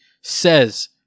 says